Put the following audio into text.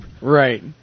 Right